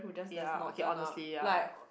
ya okay honestly ya